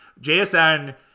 JSN